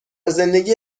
زندگی